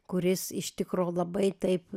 kuris iš tikro labai taip